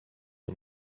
aux